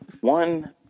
one